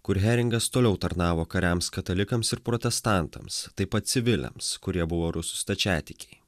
kur heringas toliau tarnavo kariams katalikams ir protestantams taip pat civiliams kurie buvo rusų stačiatikiai